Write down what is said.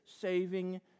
saving